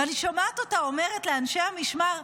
ואני שומעת אותה אומרת לאנשי המשמר: